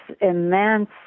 immense